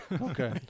Okay